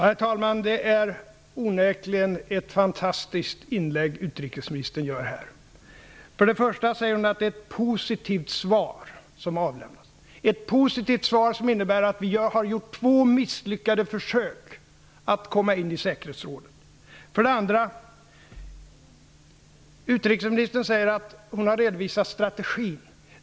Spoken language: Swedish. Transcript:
Herr talman! Det är onekligen ett fantastiskt inlägg som utrikesministern gör här. För det första säger hon att det är ett positivt svar som har avlämnats -- som innebär att vi har gjort två misslyckade försök att komma in i säkerhetsrådet. För det andra säger utrikesministern att hon har redovisat strategin.